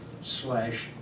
slash